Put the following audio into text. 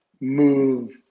move